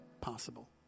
possible